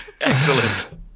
Excellent